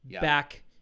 back